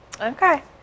Okay